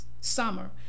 summer